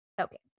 okay